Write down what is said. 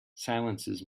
silences